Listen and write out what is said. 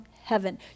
heaven